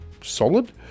solid